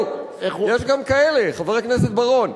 יש גם כאלה, חבר הכנסת בר-און.